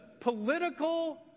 political